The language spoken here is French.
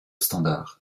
standard